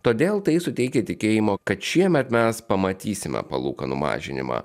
todėl tai suteikia tikėjimo kad šiemet mes pamatysime palūkanų mažinimą